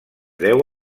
deu